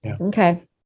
Okay